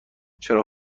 چراغ